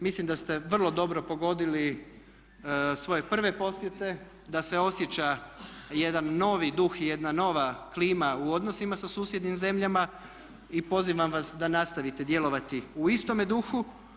Mislim da ste vrlo dobro pogodili svoje prve posjete, da se osjeća jedan novi duh i jedna nova klima u odnosima sa susjednim zemljama i pozivam vas da nastavite djelovati u istome duhu.